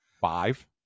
Five